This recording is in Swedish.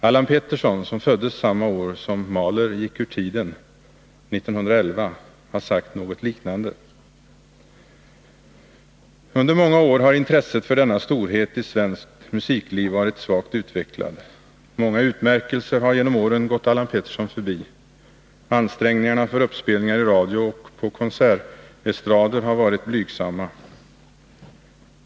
Allan Pettersson, som föddes samma år som Mahler gick ur tiden, 1911, har sagt något liknande. Under många år har intresset för denna storhet i svenskt musikliv varit svagt utvecklat. Många utmärkelser har genom åren gått Allan Pettersson förbi. Ansträngningarna för uppspelningar i radio och på konsertestrader har varit blygsamma.